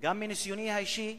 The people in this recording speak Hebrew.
גם מניסיוני האישי,